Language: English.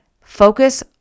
Focus